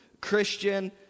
Christian